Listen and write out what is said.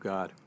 God